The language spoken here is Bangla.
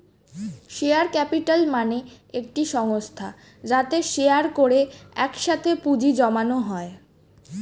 শেয়ার ক্যাপিটাল মানে একটি সংস্থা যাতে শেয়ার করে একসাথে পুঁজি জমানো হয়